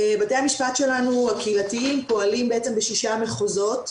בתי המשפט הקהילתיים שלנו פועלים בעצם בשישה מחוזות,